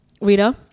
Rita